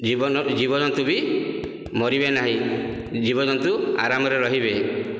ଜୀବଜନ୍ତୁ ଜୀବଜନ୍ତୁ ବି ମରିବେ ନାହିଁ ଜୀବଜନ୍ତୁ ଆରାମରେ ରହିବେ